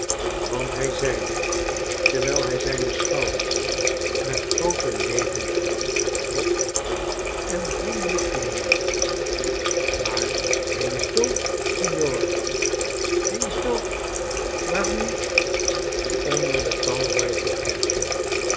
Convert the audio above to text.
want hij zeide terwijl hij zijne schouders met groote levendigheid optrok en vriendelijk glimlachte maar hij is dood signor hij is dood waarom niet onder de talrijke kerken